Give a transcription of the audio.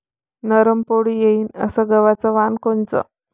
नरम पोळी येईन अस गवाचं वान कोनचं?